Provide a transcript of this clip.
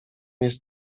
jest